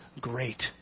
great